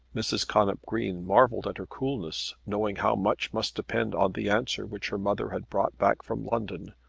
mrs. connop green marvelled at her coolness knowing how much must depend on the answer which her mother had brought back from london,